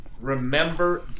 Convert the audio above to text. remember